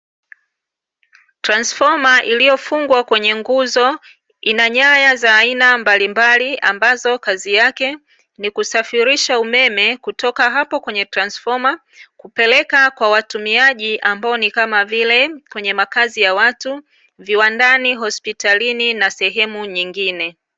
Transfoma iliyofungwa kwenye nguzo ina nyaya za aina mbalimbali, ambazo kazi yake ni kusafirisha umeme kutoka hapo kwenye transfoma kupeleka kwa watumiaji ambao ni kama vile kwenye makazi ya watu, viwandani, hospitalini na sehemu nyingine.